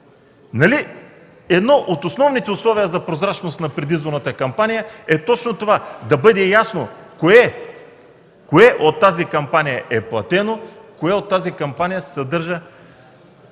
Нали едно от основните условия за прозрачност на предизборната кампания е точно това – да бъде ясно кое от тази кампания е платено, кое от нея се съдържа